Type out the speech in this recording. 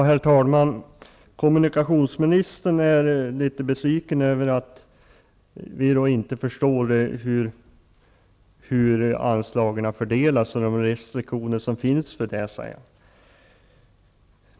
Herr talman! Kommunikationsministern är litet besviken över att vi inte förstår hur anslagen fördelas och de restriktioner som finns.